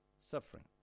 suffering